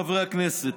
חברי הכנסת,